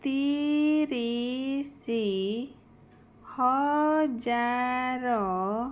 ତିରିଶି ହଜାର